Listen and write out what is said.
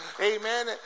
Amen